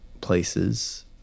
places